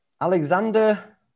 Alexander